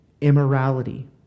Immorality